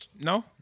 No